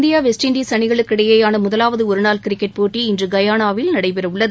India west Indies அணிகளுக்கு இடையிவான முதலாவது ஒரு நாள் கிரிக்கெட் போட்டி இன்று கயானாவில் நடைபெறவுள்ளது